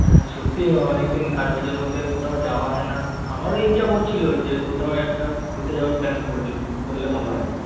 হ্যাঁ সত্যিই অনেক দিন কাজবাজের মধ্যে কোথাও যাওয়া হয় না আমারও ইচ্ছা করছিলো যে কোথাও একটা ঘুরতে যাওয়ার প্ল্যান করি করলে ভালো হয়